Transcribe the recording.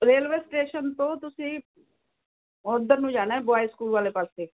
railway station ਤੋਂ ਤੁਸੀਂ ਉਧਰ ਨੂੰ ਜਾਣਾ ਬੋਏ ਸਕੂਲ ਵਾਲੇ ਪਾਸੇ